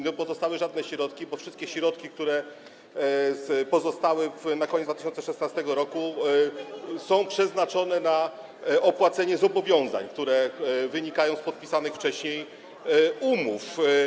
Nie pozostały żadne środki, bo wszystkie środki, które tam były na koniec 2016 r., są przeznaczone na opłacenie zobowiązań, które wynikają z podpisanych wcześniej umów.